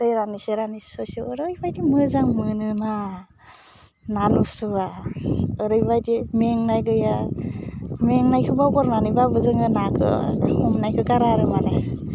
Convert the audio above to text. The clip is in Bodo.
दै राननोसै साननोसै ससेआव ओरैबायदि मोजां मोनोना ना नुस्रोबा ओरैबायदि मेंनाय गैया मेंनायखौ बावगारनानैबाबो जोङो नाखो हमनायखौ गारा आरो माने